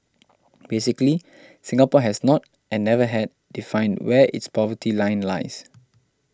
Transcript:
basically Singapore has not and never had defined where its poverty line lies